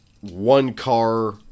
one-car